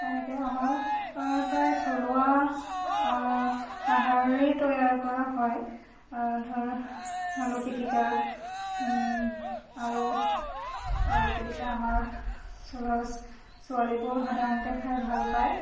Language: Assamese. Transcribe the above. এনেকৈ আমাৰ প্ৰায় থলুৱা আহাৰেই তৈয়াৰ কৰা হয় ধৰ আলু পিটিকা আৰু আলু পিটিকা আমাৰ অঞ্চলৰ ছোৱালীবোৰেও সাধাৰণতে খাই ভাল পায়